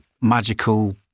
magical